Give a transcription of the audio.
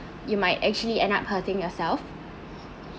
you might actually end up hurting yourself